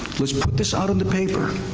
let's put this out in the paper.